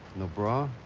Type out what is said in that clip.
no bra?